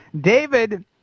David